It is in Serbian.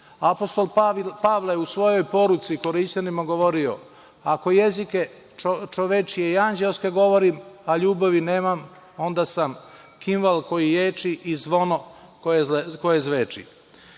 Apostol Pavle je u svojoj poruci Korinćanima govorio – ako jezike čovečije i anđeoske govorim, a ljubavi nemam, onda sam kimval koji ječi i zvono koje zveči. Srbiji